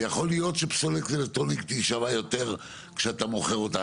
ויכול להיות שפסולת אלקטרונית היא שווה יותר כשאתה מוכר אותה,